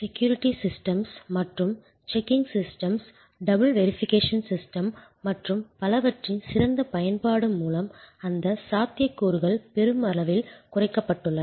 security systems மற்றும் checking systems double verification system மற்றும் பலவற்றின் சிறந்த பயன்பாடு மூலம் அந்த சாத்தியக்கூறுகள் பெருமளவில் குறைக்கப்பட்டுள்ளன